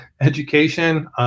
education